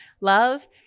love